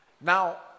Now